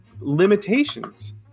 limitations